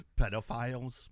pedophiles